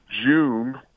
June